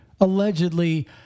allegedly